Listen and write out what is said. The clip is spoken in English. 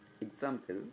Example